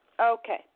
Okay